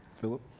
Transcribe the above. Philip